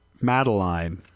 Madeline